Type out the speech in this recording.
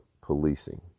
policing